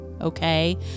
okay